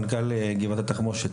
מנכ״ל גבעת התחמושת,